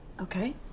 okay